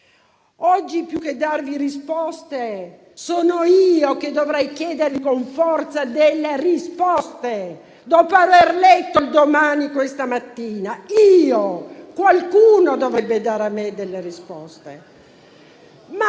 Oggi, più che darvi risposte, dovrei chiedere a voi con forza delle risposte dopo aver letto il «Domani» questa mattina. Qualcuno dovrebbe dare a me delle risposte.